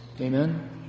Amen